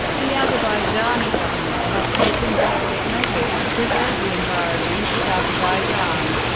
the azerbaijani government has taken drastic measures to preserve the environment of azerbaijan.